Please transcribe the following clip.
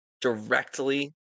directly